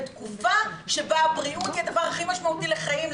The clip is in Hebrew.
בתקופה שבה הבריאות היא הדבר הכי משמעותי לחיים,